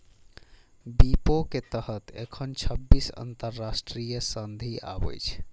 विपो के तहत एखन छब्बीस अंतरराष्ट्रीय संधि आबै छै